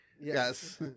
Yes